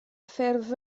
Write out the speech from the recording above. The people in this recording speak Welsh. ffurf